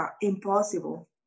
impossible